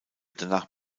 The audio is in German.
danach